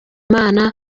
imana